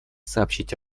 сообщить